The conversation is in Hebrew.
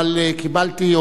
אבל קיבלתי,